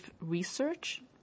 research